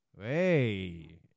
Hey